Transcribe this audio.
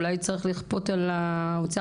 אולי צריך לכפות על האוצר,